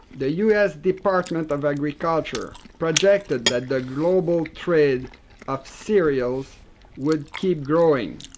the us department of agriculture projected that the global trade of cereals would keep growing.